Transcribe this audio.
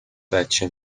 بچه